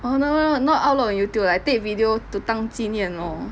oh no no not upload on youtube like take video to 当纪念 lor